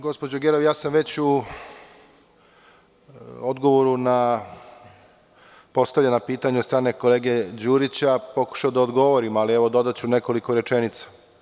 Gospođo Gerov, ja sam već u odgovoru na postavljena pitanja od strane kolege Đurića pokušao da odgovorim, ali, evo, dodaću nekoliko rečenica.